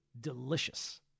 delicious